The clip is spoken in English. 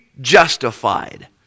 justified